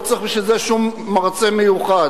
לא צריך בשביל זה שום מרצה מיוחד.